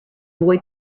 boy